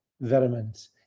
vitamins